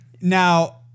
Now